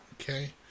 Okay